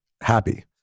happy